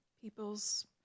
people's